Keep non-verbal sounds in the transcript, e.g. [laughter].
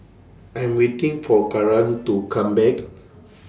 I'm waiting For Karan to Come Back [noise]